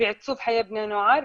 בעיצוב חיי בני נוער,